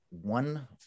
one